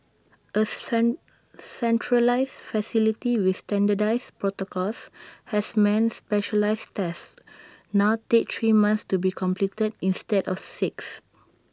A centralised facility with standardised protocols has meant specialised tests now take three months to be completed instead of six